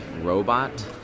robot